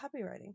copywriting